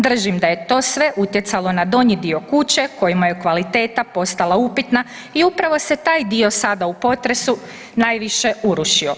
Držim da je to sve utjecalo na donji dio kuće kojem je kvaliteta postala upitna i upravo se taj dio sada u potresu najviše urušio.